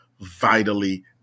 vitally